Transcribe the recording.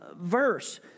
verse